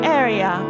area